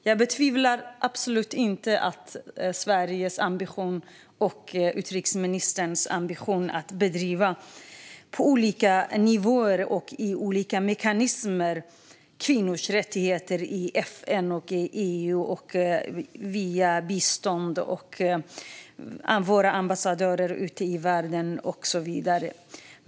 Jag betvivlar absolut inte Sveriges och utrikesministerns ambition att på olika nivåer och genom olika mekanismer bedriva arbete för kvinnors rättigheter i FN och EU och via bistånd och våra ambassadörer ute i världen.